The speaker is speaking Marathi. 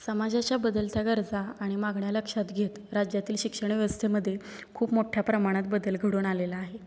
समाजाच्या बदलत्या गरजा आणि मागण्या लक्षात घेत राज्यातील शिक्षणव्यवस्थेमध्ये खूप मोठ्या प्रमाणात बदल घडून आलेला आहे